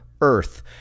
Earth